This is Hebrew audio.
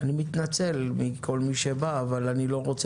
אני מתנצל מכל מי שבא אבל אני לא רוצה